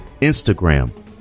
Instagram